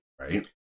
Right